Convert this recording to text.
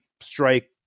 strike